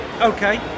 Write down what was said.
Okay